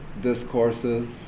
discourses